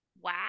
Wow